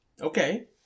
Okay